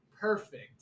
perfect